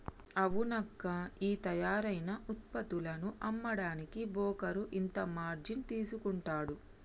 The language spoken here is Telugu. అవునక్కా ఈ తయారైన ఉత్పత్తులను అమ్మడానికి బోకరు ఇంత మార్జిన్ తీసుకుంటాడు